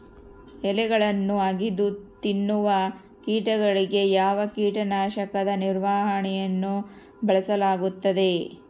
ಎಲೆಗಳನ್ನು ಅಗಿದು ತಿನ್ನುವ ಕೇಟಗಳಿಗೆ ಯಾವ ಕೇಟನಾಶಕದ ನಿರ್ವಹಣೆಯನ್ನು ಬಳಸಲಾಗುತ್ತದೆ?